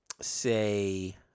say